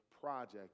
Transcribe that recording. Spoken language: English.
project